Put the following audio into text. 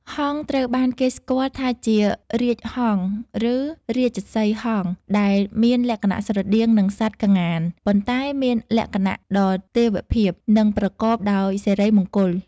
ហង្សត្រូវបានគេស្គាល់ថាជា រាជហង្ស ឬ រាជសីហ៍ហង្ស ដែលមានលក្ខណៈស្រដៀងនឹងសត្វក្ងាន ប៉ុន្តែមានលក្ខណៈដ៏ទេវភាព និងប្រកបដោយសិរីមង្គល។